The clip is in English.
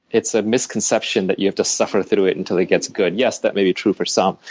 it's a misconception that you have to suffer through it until it gets good. yes, that may be true for some,